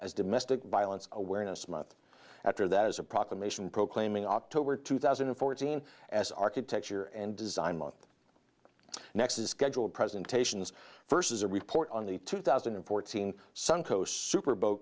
as domestic violence awareness month after that as a proclamation proclaiming october two thousand and fourteen as architecture and design month next is scheduled presentations first as a report on the two thousand and fourteen suncoast super bowl